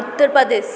Uttar Pradesh